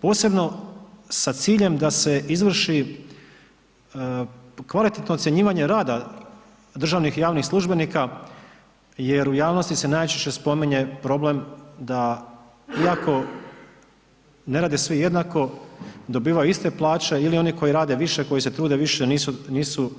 Posebno sa ciljem da se izvrši kvalitetno ocjenjivanje rada državnih i javnih službenika jer u javnosti se najčešće spominje problem da iako ne rade svi jednako dobivaju iste plaće ili oni koji rade više, koji se trude više nisu